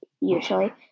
usually